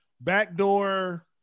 backdoor